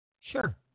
Sure